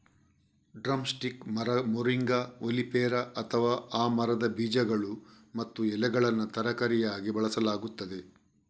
drum stick ಮರ, moringa oleifera, ಅಥವಾ ಆ ಮರದ ಬೀಜಗಳು ಮತ್ತು ಎಲೆಗಳನ್ನು ತರಕಾರಿಯಾಗಿ ಬಳಸಲಾಗುತ್ತದೆ